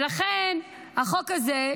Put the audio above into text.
ולכן החוק הזה,